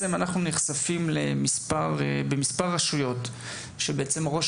אנחנו נחשפים במספר רשויות לכך שראש